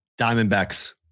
Diamondbacks